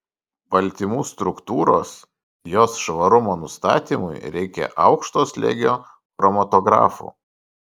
baltymų struktūros jos švarumo nustatymui reikia aukšto slėgio chromatografų